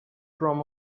from